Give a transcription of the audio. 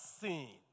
seen